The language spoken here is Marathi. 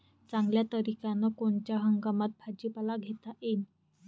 चांगल्या तरीक्यानं कोनच्या हंगामात भाजीपाला घेता येईन?